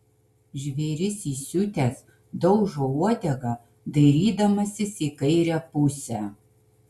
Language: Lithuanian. žvėris įsiutęs daužo uodega dairydamasis į kairę pusę